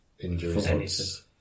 Injuries